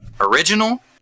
original